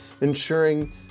ensuring